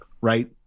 right